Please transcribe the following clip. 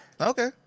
Okay